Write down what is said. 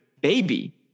baby